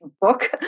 book